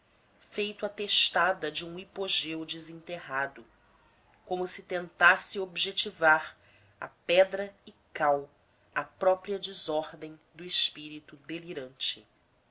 feito a testada de um hipogeu desenterrado como se tentasse objetivar a pedra e cal a própria desordem do espírito delirante